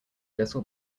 little